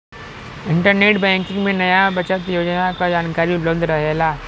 internet banking में नया बचत योजना क जानकारी उपलब्ध रहेला